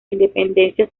independencia